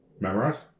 Memorize